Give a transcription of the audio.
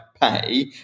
pay